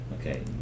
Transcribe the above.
okay